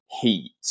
heat